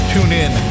TuneIn